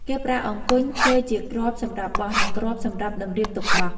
គេប្រើអង្គញ់ធ្វើជាគ្រាប់សម្រាប់បោះ និងគ្រាប់សម្រាប់តម្រៀបទុកបោះ ។